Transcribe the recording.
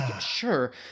sure